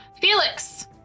Felix